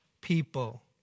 people